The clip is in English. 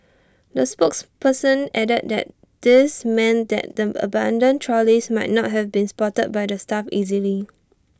the spokesperson added that this meant that the abandoned trolleys might not have been spotted by the staff easily